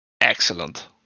excellent